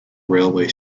railway